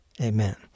amen